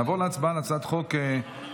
נעבור להצבעה על הצעת חוק שהוצמדה,